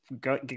go